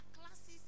classes